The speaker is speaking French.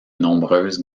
nombreuses